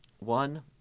One